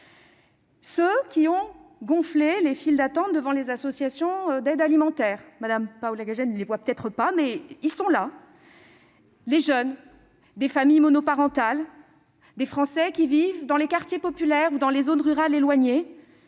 Ceux qui ont gonflé les files d'attente devant les associations d'aide alimentaire sont là, même si Mme Paoli-Gagin ne les voit pas. Ce sont des jeunes, des familles monoparentales, des Français qui vivent dans les quartiers populaires ou dans les zones rurales éloignées,